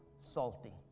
salty